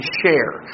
share